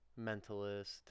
Mentalist